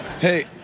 Hey